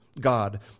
God